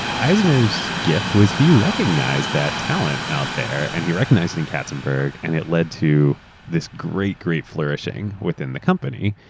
eisneraeurs gift was he recognized that talent out there. and he recognized it in katzenberg and it led to this great, great flourishing within the company.